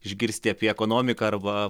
išgirsti apie ekonomiką arba